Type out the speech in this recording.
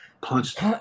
punched